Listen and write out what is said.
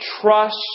trust